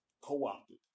co-opted